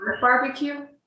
barbecue